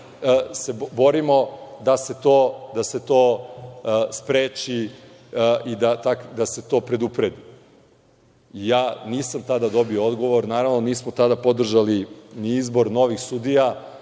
se borimo da se to spreči i da se to predupredi. Tada nisam dobio odgovor. Naravno, nismo tada podržali ni izbor novih sudija